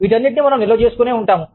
వీటన్నింటిని మనము నిల్వ చేసుకునే ఉంటాము